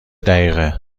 دقیقه